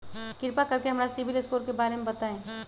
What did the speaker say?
कृपा कर के हमरा सिबिल स्कोर के बारे में बताई?